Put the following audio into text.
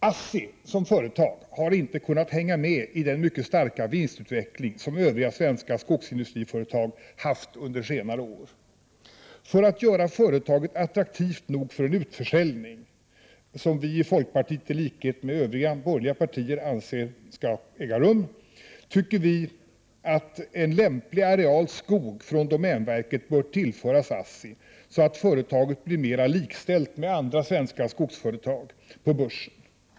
ASSI som företag har inte kunnat hänga med i den mycket starka vinstutveckling som övriga svenska skogsindustriföretag har haft under senare år. För att göra företaget attraktivt nog för en utförsäljning, vilken folkpartiet liksom de övriga borgerliga partierna anser skall äga rum, tycker vi att en lämplig areal skog från domänverket bör tillföras ASSI, så att företaget blir mera likställt med andra svenska skogsföretag på börsen.